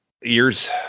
years